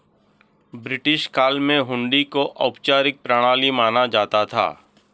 British काल में हुंडी को औपचारिक प्रणाली माना जाता था